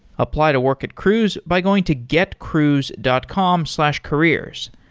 apply to work at cruise by going to getcruise dot com slash careers.